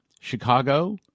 Chicago